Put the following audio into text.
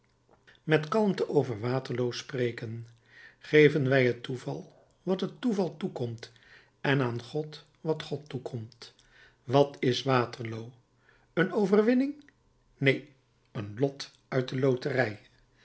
met kalmte over waterloo spreken geven wij het toeval wat het toeval toekomt en aan god wat god toekomt wat is waterloo een overwinning neen een lot uit de loterij